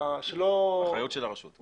אחריות של הרשות.